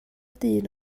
dyn